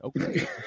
okay